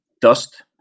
dust